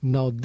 Now